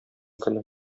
көне